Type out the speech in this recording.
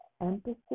empathy